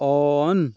on